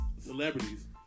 celebrities